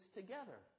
together